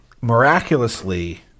miraculously